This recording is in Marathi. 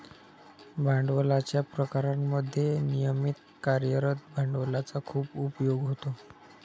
भांडवलाच्या प्रकारांमध्ये नियमित कार्यरत भांडवलाचा खूप उपयोग होतो